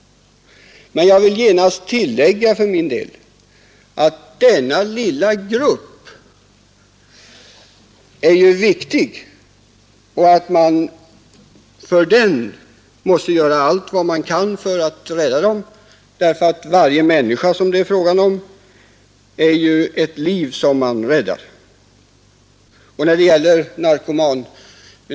Jag vill emellertid genast tillägga att den lilla gruppen är viktig och att man måste göra allt vad man kan för att rädda dessa ungdomar; med varje människa man räddar, räddar man ett liv.